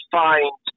find